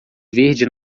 verde